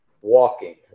walking